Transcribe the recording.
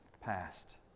passed